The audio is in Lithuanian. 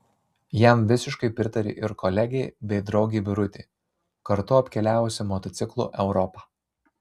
jam visiškai pritarė ir kolegė bei draugė birutė kartu apkeliavusi motociklu europą